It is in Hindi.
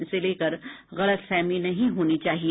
इसे लेकर गलतफहमी नहीं होनी चाहिए